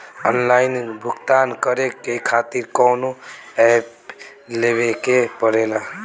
Online भुगतान करके के खातिर कौनो ऐप लेवेके पड़ेला?